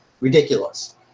ridiculous